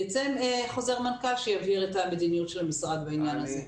ייצא חוזר מנכ"ל שיבהיר את מדיניות המשרד בנושא הזה.